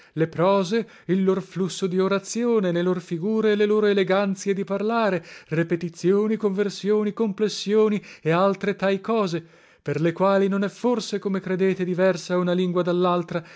le prose il lor flusso di orazione le lor figure e le loro eleganzie di parlare repetizioni conversioni complessioni e altre tai cose per le quali non è forse come credete diversa una lingua dallaltra